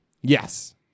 Yes